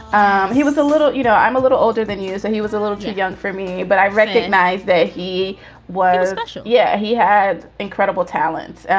um he was a little. you know, i'm a little older than he is and he was a little too young for me. but i recognize that he was special. yeah. he had incredible talent. and